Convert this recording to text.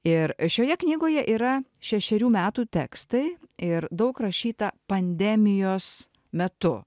ir šioje knygoje yra šešerių metų tekstai ir daug rašyta pandemijos metu